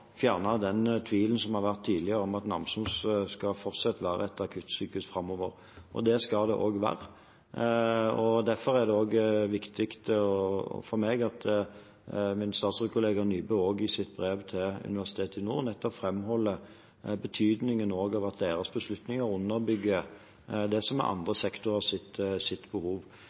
vært tidligere om at Sykehuset Namsos fortsatt skal være et akuttsykehus framover – det skal det også være. Derfor er det viktig for meg at min statsrådkollega Nybø i sitt brev til Nord universitet nettopp framholder betydningen av at deres beslutninger underbygger det som er andre